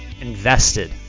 invested